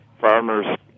farmers